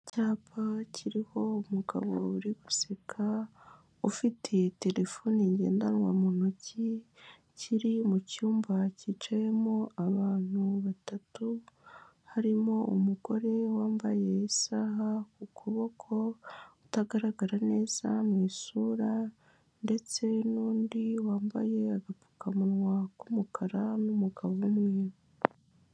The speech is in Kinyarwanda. Icyapa kiriho umugabo uri guseka ufitiye terefone ngendanwa mu ntoki kiri mu cyumba cyicayemo abantu batatu harimo umugore wambaye isaha ku kuboko ku utagaragara neza mu isura ndetse n'ndi wambaye agapfukamunwa k'umukara n'umugabo umwe.